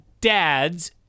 dads